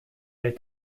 est